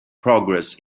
progress